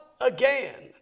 again